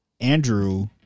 Andrew